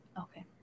Okay